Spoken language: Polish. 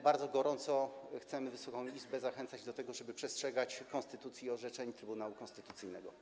Bardzo gorąco chcemy Wysoką Izbę zachęcać do tego, żeby przestrzegać konstytucji i orzeczeń Trybunału Konstytucyjnego.